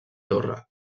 torre